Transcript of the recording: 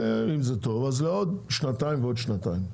אם זה טוב אז לעוד שנתיים ועוד שנתיים.